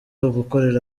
ugukorera